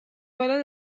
بالا